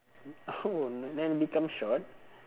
oh n~ then it become short